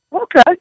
okay